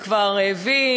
וכבר רעבים,